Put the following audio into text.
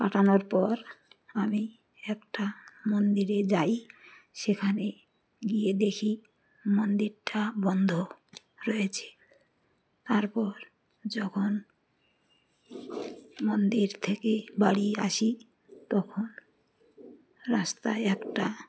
কাটানোর পর আমি একটা মন্দিরে যাই সেখানে গিয়ে দেখি মন্দিরটা বন্ধ রয়েছে তারপর যখন মন্দির থেকে বাড়ি আসি তখন রাস্তায় একটা